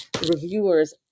reviewers